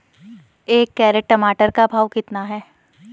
एक कैरेट टमाटर का भाव कितना है?